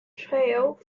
trail